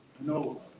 no